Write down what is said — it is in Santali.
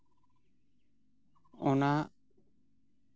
ᱚᱱᱟ